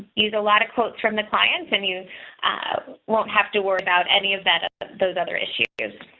use a lot of quotes from the clients and you won't have to worry about any of that ah those other issues.